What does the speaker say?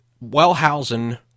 Wellhausen